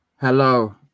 Hello